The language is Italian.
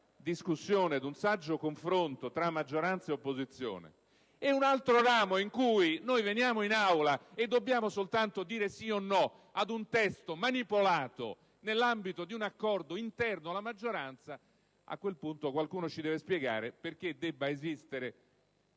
discussione e un saggio confronto tra maggioranza e opposizione, e l'altro ramo in cui si viene in Aula soltanto per dire sì o no ad un testo manipolato nell'ambito di un accordo interno alla maggioranza, a quel punto qualcuno ci deve spiegare perché debba esistere